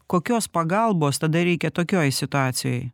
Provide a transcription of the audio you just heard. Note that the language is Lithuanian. kokios pagalbos tada reikia tokioj situacijoj